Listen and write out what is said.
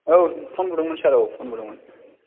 औ फन बुंदोंमोन सार औ फन बुंदोंमोन